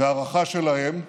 וההערכה שלהם היא